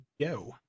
go